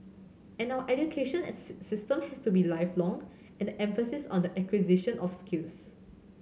and our education system has to be lifelong and the emphasis on the acquisition of skills